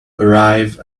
arrive